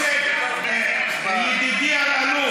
ידידי אלאלוף,